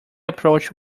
approach